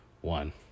One